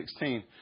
16